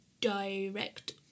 Direct